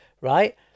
right